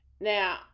Now